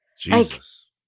Jesus